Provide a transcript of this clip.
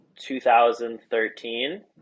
2013